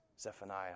Zephaniah